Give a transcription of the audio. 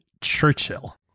Churchill